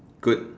good